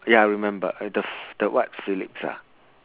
ya remember with the ph~ the what philips ah